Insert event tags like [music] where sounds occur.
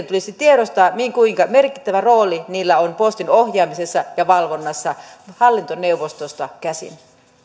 [unintelligible] tulisi tiedostaa kuinka merkittävä rooli heillä on postin ohjaamisessa ja valvonnassa hallintoneuvostosta käsin